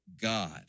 God